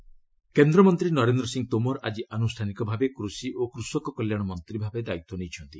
Tomar agriculture କେନ୍ଦ୍ରମନ୍ତ୍ରୀ ନରେନ୍ଦ୍ର ସିଂ ତୋମର୍ ଆଜି ଆନୁଷାନିକ ଭାବେ କୃଷି ଓ କୃଷକ କଲ୍ୟାଣ ମନ୍ତ୍ରୀ ଭାବେ ଦାୟିତ୍ୱ ନେଇଛନ୍ତି